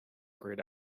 grayed